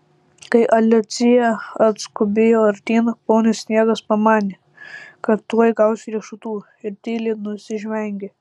kai alicija atskubėjo artyn ponis sniegas pamanė kad tuoj gaus riešutų ir tyliai nusižvengė